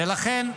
ולכן,